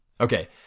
Okay